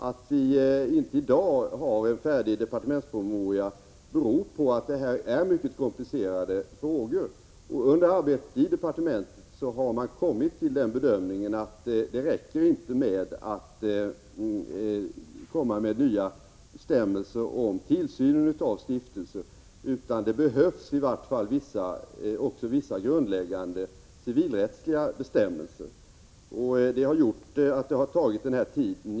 Att viidaginte har en färdig departementspromemoria beror på att det här är mycket komplicerade frågor, och under arbetet i departementet har man gjort den bedömningen att det inte räcker med att komma med nya bestämmelser om tillsynen av stiftelser utan att det också behövs i vart fall vissa grundläggande civilrättsliga bestämmelser. Detta är anledningen till att ärendet har tagit tid.